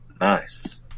Nice